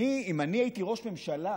אם אני הייתי ראש ממשלה,